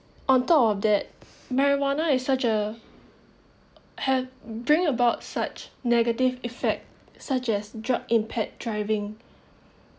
on top of that marijuana is such a had bring about such negative effect such as drug impaired driving